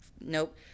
nope